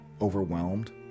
overwhelmed